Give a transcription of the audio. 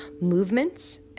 movements